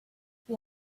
you